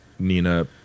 Nina